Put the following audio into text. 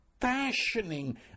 fashioning